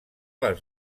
les